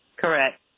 Correct